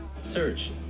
search